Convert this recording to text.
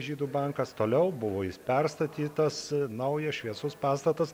žydų bankas toliau buvo jis perstatytas naujas šviesus pastatas